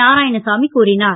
நாராயணசாமி கூறினார்